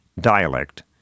dialect